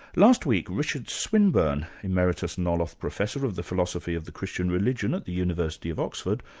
last week, richard swinburne, emeritus nolloth professor of the philosophy of the christian religion at the university of oxford,